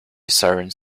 sirens